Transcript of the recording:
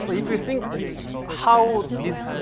if you think how these,